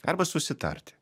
arba susitarti